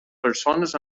persones